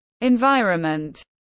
environment